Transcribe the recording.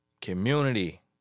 community